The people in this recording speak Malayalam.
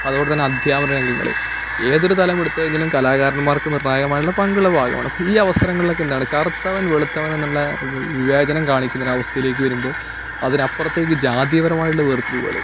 അതുപോലെ തന്നെ അധ്യാപന രംഗങ്ങളിൽ ഏതൊരു തലമെടുത്ത് കഴിഞ്ഞാലും കലാകാരന്മാർക്ക് നിർണായകമായ പങ്ക് ഉളവാകണം ഈ അവസരങ്ങളിൽ ഒക്കെ എന്താണ് കറുത്തവൻ വെളുത്തവൻ എന്നുള്ള വിവേചനം കാണിക്കുന്ന ഒരു അവസ്ഥയിലേക്ക് വരുമ്പോൾ അതിനപ്പുറത്തേക്ക് ജാതീയപരമായിട്ടുള്ള വേർതിരിവുകൾ